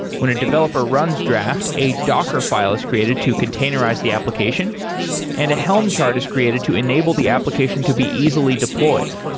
developer runs draft, a docker file is created to containerize the application and a helm chart is created to enable the application to be easily deployed.